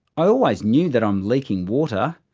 i always knew that i'm leaking water,